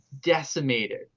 decimated